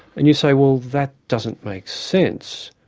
and you say, well that doesn't make sense.